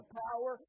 power